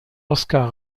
oskar